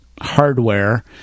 hardware